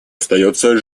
остается